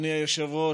אדוני היושב-ראש,